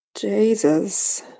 Jesus